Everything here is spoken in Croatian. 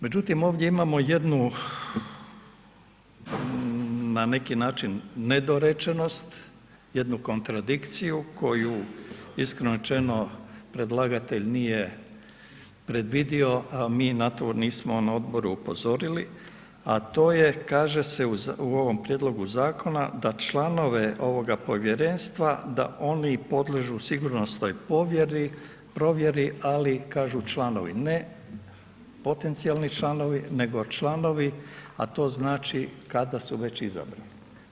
Međutim, ovdje imamo jednu na neki način nedorečenost, jednu kontradikciju koju iskreno rečeno predlagatelj nije predvidio, a mi na to nismo na odboru upozorili, a to je kaže se u ovom prijedlogu zakona, da članove ovoga povjerenstva da oni podliježu sigurnosnoj provjeri, ali kažu članovi ne, potencijalni članovi nego članovi, a to znači kada su već izabrani.